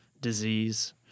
disease